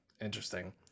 interesting